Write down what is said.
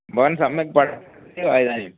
भवान् सम्यक् पठति वा इदानीम्